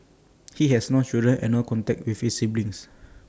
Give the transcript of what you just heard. he has no children and no contact with his siblings